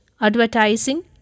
Advertising